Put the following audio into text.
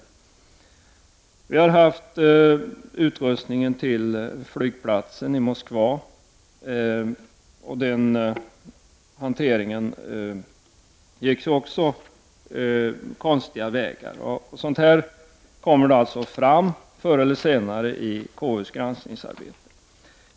Och när det gäller utrustningen till flygplatsen i Moskva skedde ju också hanteringen på konstiga vägar. Sådant kommer alltså fram förr eller senare i KUs granskningsarbete.